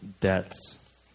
deaths